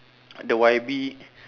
the Wybie